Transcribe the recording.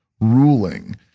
ruling